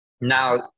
Now